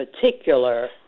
particular